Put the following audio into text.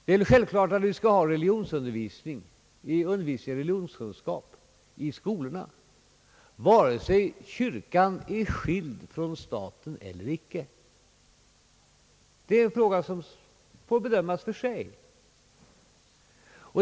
Det är självklart att vi skall ha undervisning i religionskunskap i skolorna, vare sig kyrkan är skild från staten eller inte. Det är en fråga som får bedömas för sig.